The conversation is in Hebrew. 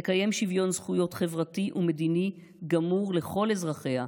תקיים שוויון זכויות חברתי ומדיני גמור לכל אזרחיה,